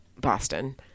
Boston